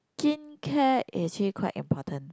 skin care actually quite important